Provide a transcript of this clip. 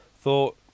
thought